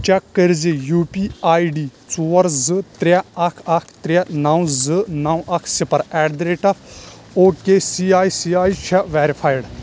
check کَر زِِ یہِ یو پی آیۍ ڈِی ژور زٕ ترٛےٚ اَکھ اَکھ ترٛےٚ نَو زٕ نَو اَکھ صِفَر at the rate of O K C I C I چھےٚ ویرفایِڈ